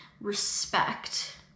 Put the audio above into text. respect